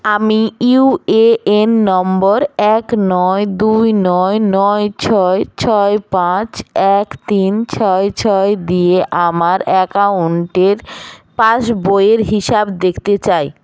আমি UAN number এক নয় দুই নয় নয় ছয় ছয় পাঁচ এক তিন ছয় ছয় দিয়ে আমার অ্যাকাউন্টের পাসবইয়ের হিসাব দেখতে চাই